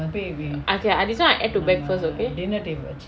okay err this one I add to bag first okay